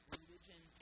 religion